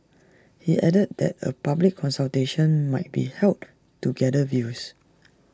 he added that A public consultation might be held to gather views